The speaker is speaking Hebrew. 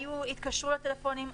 התקשרו לטלפונים,